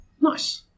Nice